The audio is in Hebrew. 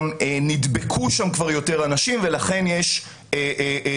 שנדבקו שם כבר יותר אנשים ולכן יש מוגנות,